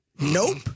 Nope